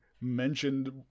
mentioned